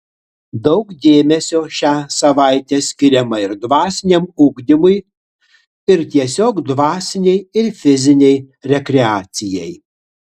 daug dėmesio šią savaitę skiriama ir dvasiniam ugdymui ar tiesiog dvasinei ir fizinei rekreacijai